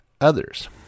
others